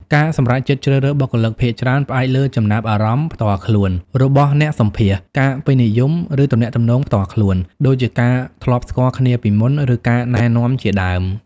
ការសម្រេចចិត្តជ្រើសរើសបុគ្គលិកភាគច្រើនផ្អែកលើចំណាប់អារម្មណ៍ផ្ទាល់ខ្លួនរបស់អ្នកសម្ភាសន៍ ការពេញចិត្ត ឬទំនាក់ទំនងផ្ទាល់ខ្លួន ដូចជាការធ្លាប់ស្គាល់គ្នាពីមុន ឬការណែនាំជាដើម។